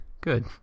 good